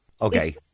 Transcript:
Okay